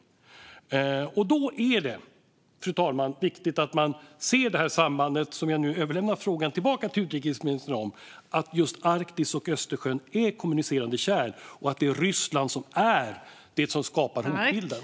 Fru talman! Då är det viktigt att man ser det samband som jag nu överlämnar frågan tillbaka till utrikesministern om att just Arktis och Östersjön är kommunicerande kärl och att det är Ryssland som skapar hotbilden.